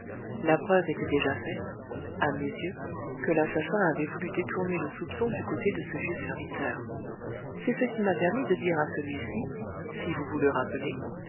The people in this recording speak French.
la preuve était déjà faite à mes yeux que l'assassin avait voulu détourner le soupçon du côté de ce vieux serviteur c'est ce qui m'a permis de dire à celui-ci si vous vous le rappelez